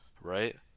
Right